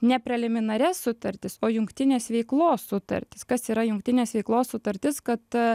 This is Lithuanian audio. ne preliminarias sutartis o jungtinės veiklos sutartis kas yra jungtinės veiklos sutartis kad